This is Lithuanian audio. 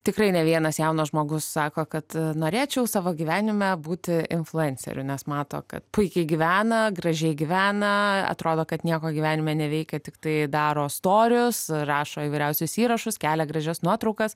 tikrai ne vienas jaunas žmogus sako kad norėčiau savo gyvenime būti influenceriu nes mato kad puikiai gyvena gražiai gyvena atrodo kad nieko gyvenime neveikia tiktai daro storius rašo įvairiausius įrašus kelia gražias nuotraukas